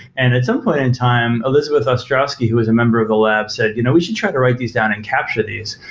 and at some point in time, elizabeth ostrowski, who was a member of the lab said, you know we should try to write these down and capture these,